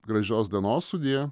gražios dienos sudie